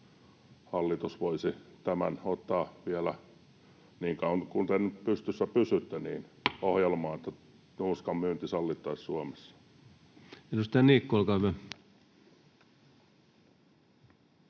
hallitus voisi tämän ottaa ohjelmaan, vielä niin kauan kuin te nyt pystyssä pysytte, että nuuskan myynti sallittaisiin Suomessa. Edustaja Niikko, olkaa hyvä.